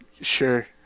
Sure